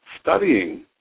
studying